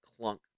Clunk